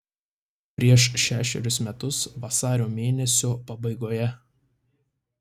prieš šešerius metus vasario mėnesio pabaigoje